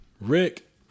Rick